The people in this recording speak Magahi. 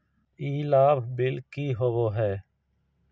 ई लाभ बिल की होबो हैं?